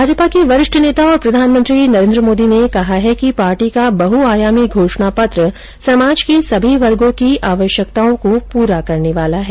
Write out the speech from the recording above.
भाजपा के वरिष्ठ नेता और प्रधानमंत्री नरेन्द्र मोदी ने कहा है कि पार्टी का बहुआयामी घोषणापत्र समाज के सभी वर्गो की आवश्यकताओं को पूरा करने वाला है